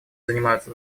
занимаются